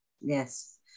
Yes